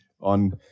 on